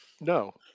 No